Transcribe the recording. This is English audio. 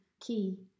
key